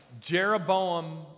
Jeroboam